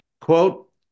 Quote